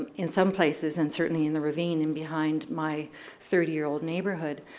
in some places and certainly in the ravine and behind my thirty year old neighbourhood,